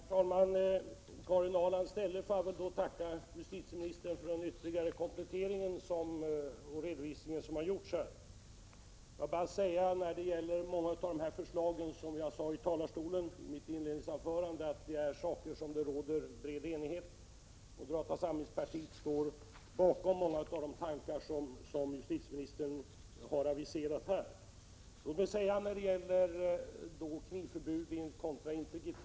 Herr talman! I Karin Ahrlands ställe vill jag tacka justitieministern för den ytterligare komplettering och redovisning som hon har gjort här. Jag vill upprepa det jag sade i mitt huvudanförande, nämligen att mycket av detta är saker som det råder bred enighet om. Moderata samlingspartiet står bakom många av de tankar som justitieministern har gett uttryck för. Låt mig säga några ord när det gäller knivförbud kontra integritet.